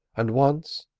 and once,